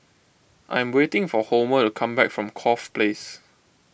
I'm waiting for Homer to come back from Corfe Place